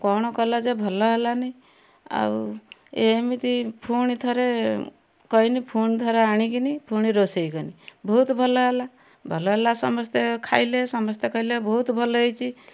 କ'ଣ କଲ ଯେ ଭଲ ହେଲାନି ଆଉ ଏମିତି ପୁଣି ଥରେ କଇନି ପୁଣି ଥରେ ଆଣିକିନି ପୁଣି ରୋଷେଇ କଲି ବହୁତ ଭଲ ହେଲା ଭଲ ହେଲା ସମସ୍ତେ ଖାଇଲେ ସମସ୍ତେ କହିଲେ ବହୁତ ଭଲ ହେଇଛି